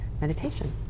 meditation